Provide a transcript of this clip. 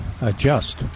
adjust